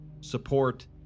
support